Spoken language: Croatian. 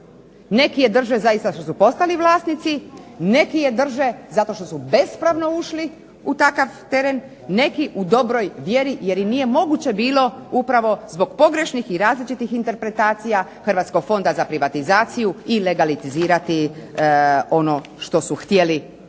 neki je drže zaista što su postali vlasnici, neki je drže zato što su bespravno ušli u takav teren, neki u dobroj vjeri jer im nije moguće bilo upravo zbog pogrešnih i različitih interpretacija Hrvatskog fonda za privatizaciju i legalizirati ono što su htjeli